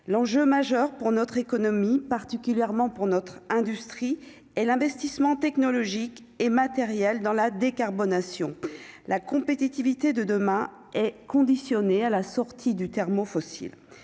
l'enjeu majeur pour notre économie, particulièrement pour notre industrie et l'investissement technologique et matériel dans la décarbonation, la compétitivité de demain est conditionné à la sortie du terme fossiles